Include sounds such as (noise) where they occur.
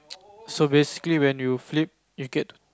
(noise) so basically when you flip you get